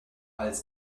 als